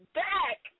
back